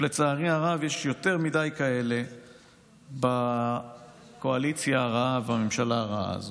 ולצערי הרבה יש יותר מדי כאלה בקואליציה הרעה ובממשלה הרעה הזאת.